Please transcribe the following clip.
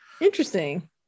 Interesting